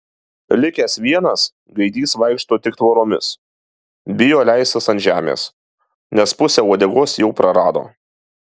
likęs vienas gaidys vaikšto tik tvoromis bijo leistis ant žemės nes pusę uodegos jau prarado